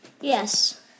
Yes